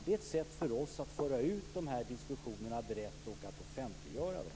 Det är ett sätt för oss att föra ut dessa diskussioner brett och att offentliggöra dem.